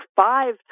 five